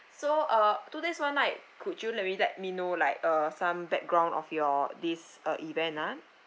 so uh two days one night could you let we let me know like uh some background of your this uh event ah